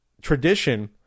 tradition